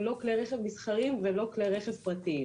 לא כלי רכב מסחריים ולא כלי רכב פרטיים.